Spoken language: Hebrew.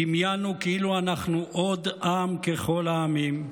דמיינו כאילו אנחנו עוד עם ככל העמים.